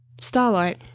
Starlight